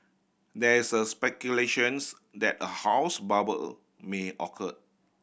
there is speculations that a house bubble may occur